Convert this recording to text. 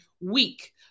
week